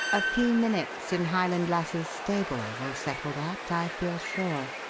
a few minutes in highland lassie's stable will settle that, i feel sure.